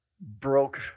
broke